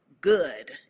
good